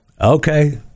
okay